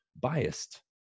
biased